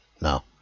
No